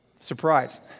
Surprise